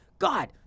God